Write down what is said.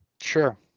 Sure